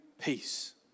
peace